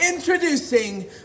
Introducing